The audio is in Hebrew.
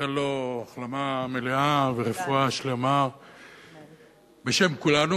לאחל לו החלמה מלאה ורפואה שלמה בשם כולנו.